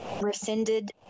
rescinded